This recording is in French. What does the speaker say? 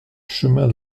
chemin